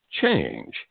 change